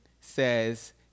says